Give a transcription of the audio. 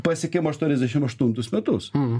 pasiekėm aštuoniasdešim aštuntus metus